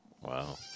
Wow